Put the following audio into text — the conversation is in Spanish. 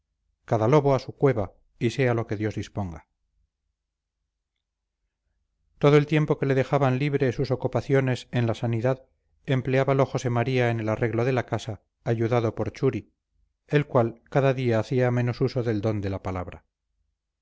cada lobo a su cueva y sea lo que dios disponga todo el tiempo que le dejaban libre sus ocupaciones en la sanidad empleábalo josé maría en el arreglo de la casa ayudado por churi el cual cada día hacía menos uso del don de la palabra